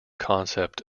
concept